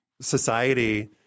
society